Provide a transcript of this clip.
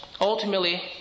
ultimately